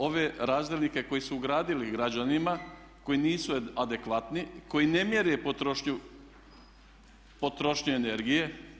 Ove razdjelnike koje su ugradili građanima koji nisu adekvatni, koji ne mjere potrošnju energije.